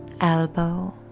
elbow